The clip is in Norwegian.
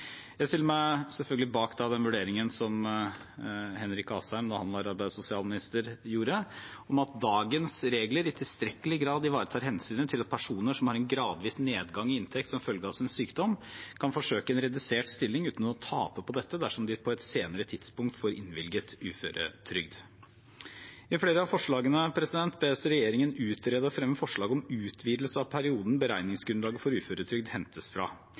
Jeg stiller meg selvfølgelig bak den vurderingen som Henrik Asheim gjorde da han var arbeids- og sosialminister, om at dagens regler i tilstrekkelig grad ivaretar hensynet til at personer som har en gradvis nedgang i inntekt som følge av sin sykdom, kan forsøke en redusert stilling uten å tape på dette dersom de på et senere tidspunkt får innvilget uføretrygd. I flere av forslagene bes regjeringen utrede og fremme forslag om utvidelse av perioden beregningsgrunnlaget for uføretrygd hentes fra.